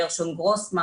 גרשון גרוסמן,